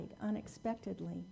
unexpectedly